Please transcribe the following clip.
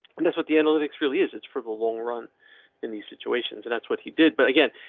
and that's what the analytics really is. it's for the long run in these situations, and that's what he did. but again,